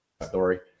story